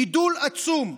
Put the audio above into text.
גידול עצום.